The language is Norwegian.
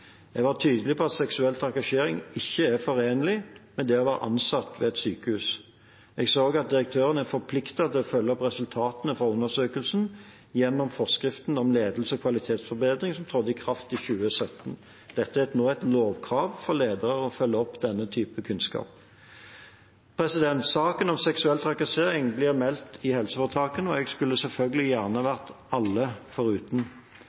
Jeg var tydelig på at seksuell trakassering ikke er forenlig med å være ansatt ved et sykehus. Jeg sa også at direktørene er forpliktet til å følge opp resultatene fra undersøkelsen – gjennom forskriften om ledelse og kvalitetsforbedring, som trådte i kraft i 2017. Det er nå et lovkrav at ledere skal følge opp denne typen kunnskap. Saker om seksuell trakassering blir meldt i helseforetakene, og jeg skulle selvfølgelig gjerne vært alle foruten.